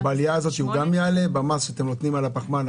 --- אבל במס שאתם מטילים על הפחמן,